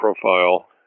profile